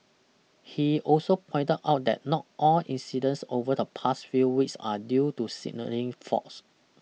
he also pointed out that not all incidents over the past few weeks are due to signalling faults